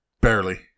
Barely